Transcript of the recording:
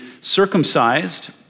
circumcised